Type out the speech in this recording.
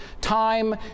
Time